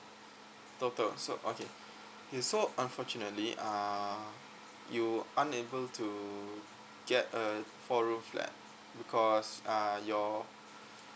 total so okay okay so unfortunately uh you unable to get a four room flat because uh your